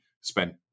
spent